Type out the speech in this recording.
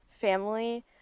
family